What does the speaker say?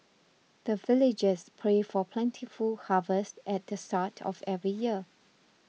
the villagers pray for plentiful harvest at the start of every year